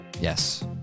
Yes